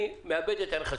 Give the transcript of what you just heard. אני מאבד את ערך השוויון.